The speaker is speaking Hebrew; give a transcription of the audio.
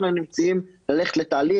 אנחנו מציעים ללכת לתהליך.